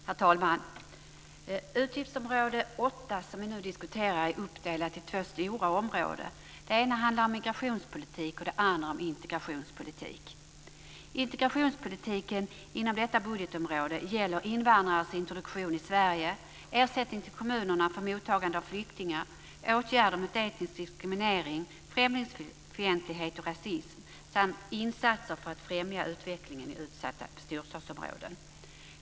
Herr talman! Utgiftsområde 8, som vi nu diskuterar, är uppdelat i två stora områden. Det ena handlar om migrationspolitik och det andra om integrationspolitik. Integrationspolitiken inom detta budgetområde gäller invandrarnas introduktion i Sverige, ersättning till kommunerna för mottagande av flyktingar, åtgärder mot etnisk diskriminering, främlingsfientlighet och rasism samt insatser för att främja utvecklingen i utsatta storstadsområden.